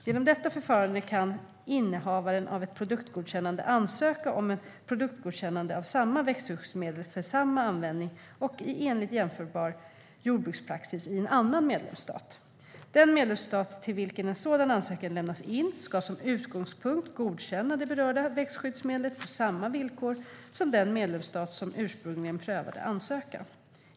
Genom detta förfarande kan innehavaren av ett produktgodkännande ansöka om produktgodkännande av samma växtskyddsmedel för samma användning och enligt jämförbar jordbrukspraxis i en annan medlemsstat. Den medlemsstat till vilken en sådan ansökan lämnas in ska som utgångspunkt godkänna det berörda växtskyddsmedlet på samma villkor som den medlemsstat som ursprungligen prövade ansökan.